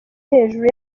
hejuru